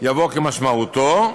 יבוא 'כמשמעותו'